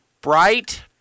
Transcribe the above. bright